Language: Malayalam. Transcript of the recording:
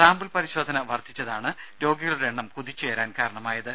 സാമ്പിൾ പരിശോധന വർധിച്ചതാണ് രോഗികളുടെ എണ്ണം കുതിച്ചുയരാൻ കാരണമായത്